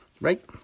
right